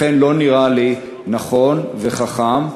לכן לא נראה לי נכון וחכם,